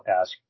ask